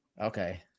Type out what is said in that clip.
Okay